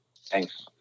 Thanks